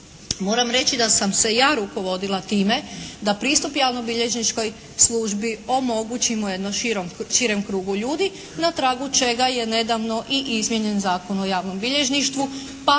Moram reći da sam se ja rukovodila time da pristup javnobilježničkoj službi omogućimo jednom širem krugu ljudi na tragu čega je nedavno i izmijenjen Zakon o javnom bilježništvu pa